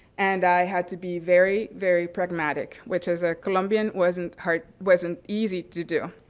and i had to be very, very pragmatic, which as a colombian wasn't part wasn't easy to do.